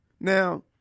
Now